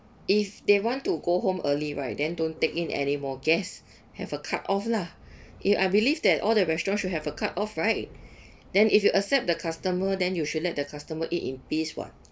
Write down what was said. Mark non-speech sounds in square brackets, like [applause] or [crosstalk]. if they want to go home early right then don't take in any more guests have a cut off lah [breath] y~ I believe that all the restaurants should have a cut off right [breath] then if you accept the customer then you should let the customer eat in peace [what]